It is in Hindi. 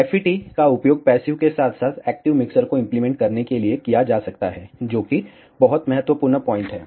FET का उपयोग पैसिव के साथ साथ एक्टिव मिक्सर को इम्प्लीमेंट करने के लिए किया जा सकता है जो कि बहुत महत्वपूर्ण पॉइंट है